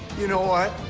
you know what?